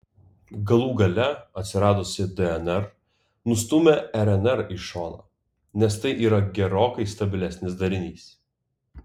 galų gale atsiradusi dnr nustūmė rnr į šoną nes tai yra gerokai stabilesnis darinys